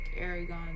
Aragon